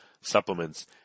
supplements